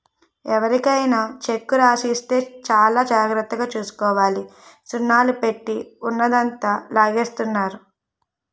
ఎవరికైనా చెక్కు రాసి ఇస్తే చాలా జాగ్రత్తగా చూసుకోవాలి సున్నాలు పెట్టి ఉన్నదంతా లాగేస్తున్నారు